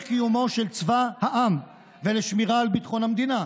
קיומו של צבא העם ולשמירה על ביטחון המדינה,